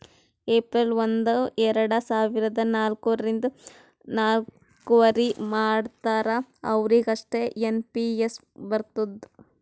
April ಒಂದು ಎರಡ ಸಾವಿರದ ನಾಲ್ಕ ರಿಂದ್ ನವ್ಕರಿ ಮಾಡ್ತಾರ ಅವ್ರಿಗ್ ಅಷ್ಟೇ ಎನ್ ಪಿ ಎಸ್ ಬರ್ತುದ್